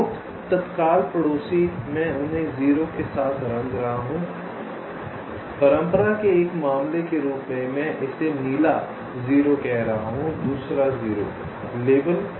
स्रोत तत्काल पड़ोसी मैं उन्हें 0 के साथ रंग रहा हूं परंपराके एक मामले के रूप में मैं इसे नीला 0 कह रहा हूं दूसरा 0 लेबल